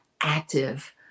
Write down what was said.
active